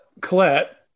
Colette